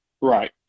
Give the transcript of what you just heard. Right